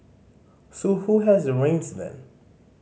so who has the reins then